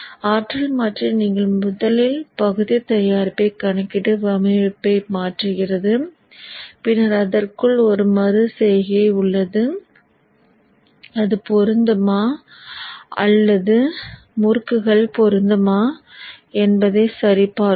ஆற்றல் மாற்றி நீங்கள் முதலில் பகுதி தயாரிப்பைக் கணக்கிடும் வடிவமைப்பை மாற்றுகிறது பின்னர் அதற்குள் ஒரு மறு செய்கை உள்ளது அது பொருந்துமா அல்லது முறுக்குகள் பொருந்துமா என்பதைச் சரிபார்க்கும்